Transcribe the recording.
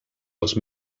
els